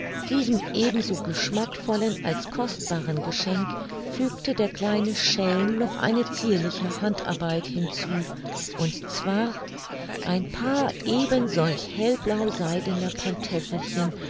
diesem ebenso geschmackvollen als kostbaren geschenk fügte der kleine schelm noch eine zierliche handarbeit hinzu und zwar ein paar eben solch hellblauseidener pantöffelchen